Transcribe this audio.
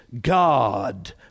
God